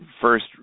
first